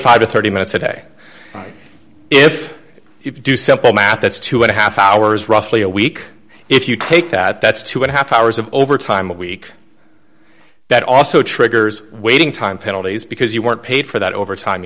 five to thirty minutes a day if you do simple math that's two and a half hours roughly a week if you take that that's two and a half hours of overtime a week that also triggers waiting time penalties because you weren't paid for that over time